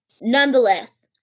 nonetheless